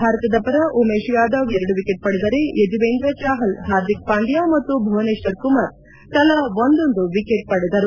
ಭಾರತದ ಪರ ಉಮೇಶ್ ಯಾದವ್ ಎರಡು ವಿಕೆಟ್ ಪಡೆದರೆ ಯಜುವೇಂದ್ರ ಚಾಹಲ್ ಹಾರ್ದಿಕ್ ಪಾಂಡ್ನ ಮತ್ತು ಭುವನೇತ್ವರ್ ಕುಮಾರ್ ತಲಾ ಒಂದೊಂದು ವಿಕೆಟ್ ಪಡೆದರು